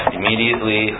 Immediately